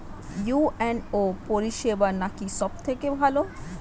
UNO পরিসেবা নাকি সব থেকে ভালো?